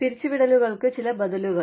പിരിച്ചുവിടലുകൾക്ക് ചില ബദലുകൾ